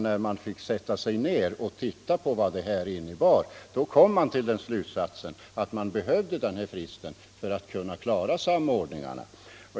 När man fick sätta sig ned och titta på vad detta — allmänna pensionsinnebar kom man till den slutsatsen att man behövde den här fristen — åldern, m.m. för att kunna klara samordningarna.